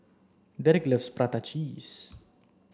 Derrick loves prata cheese